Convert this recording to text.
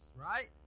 right